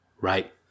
Right